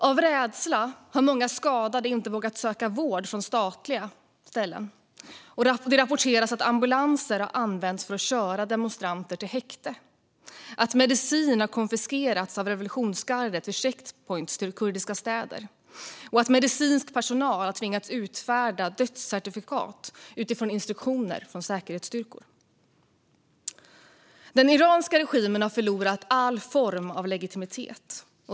Av rädsla har många skadade inte vågat söka vård hos statliga vårdställen, och det rapporteras att ambulanser har använts för att köra demonstranter till häkte, att medicin har konfiskerats av revolutionsgardet vid checkpoints vid kurdiska städer och att medicinsk personal har tvingats utfärda dödscertifikat utifrån instruktioner från säkerhetsstyrkor. Den iranska regimen har förlorat all form av legitimitet.